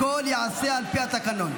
הכול ייעשה על פי התקנון.